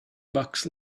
bucks